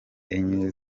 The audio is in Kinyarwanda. enye